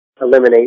eliminate